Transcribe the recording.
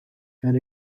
and